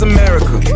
America